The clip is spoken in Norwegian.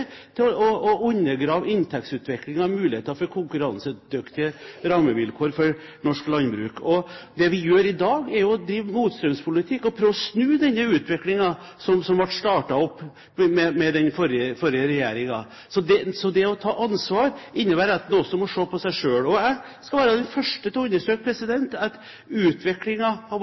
til å undergrave inntektsutviklingen og muligheten for konkurransedyktige rammevilkår for norsk landbruk. Det vi gjør i dag, er å drive motstrømspolitikk, prøve å snu den utviklingen som ble startet under den forrige regjeringen. Det å ta ansvar innebærer at en også må se på seg selv. Jeg skal være den første til å understreke at